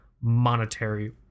monetary